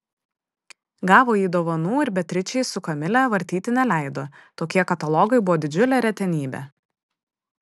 gavo jį dovanų ir beatričei su kamile vartyti neleido tokie katalogai buvo didžiulė retenybė